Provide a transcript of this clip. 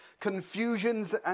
confusions